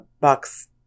Bucks